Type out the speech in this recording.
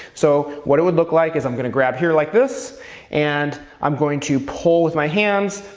so what it would look like is i'm gonna grab here like this and i'm going to pull with my hands,